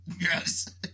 yes